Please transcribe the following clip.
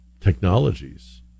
technologies